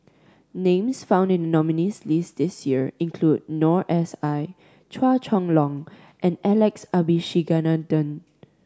names found in the nominees list this year include Noor S I Chua Chong Long and Alex Abisheganaden